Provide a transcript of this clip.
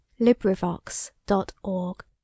LibriVox.org